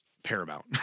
paramount